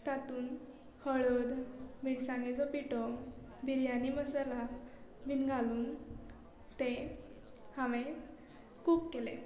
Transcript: तातूंत हळद मिरसांगेचो पिठो बिरयानी मसाला बी घालून ते हांवें कूक केलें